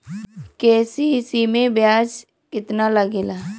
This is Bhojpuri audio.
के.सी.सी में ब्याज कितना लागेला?